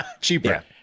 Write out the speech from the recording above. cheaper